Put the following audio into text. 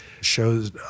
shows